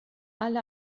alle